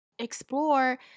Explore